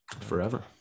Forever